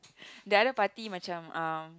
the other party macam um